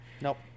Nope